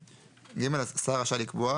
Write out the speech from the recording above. (ג)השר רשאי לקבוע,